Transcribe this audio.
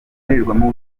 ndorerwamo